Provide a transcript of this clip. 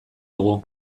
dugu